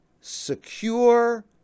secure